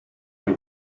y’u